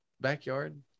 backyard